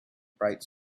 bright